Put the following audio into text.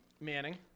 Manning